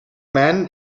man